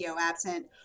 absent